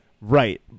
Right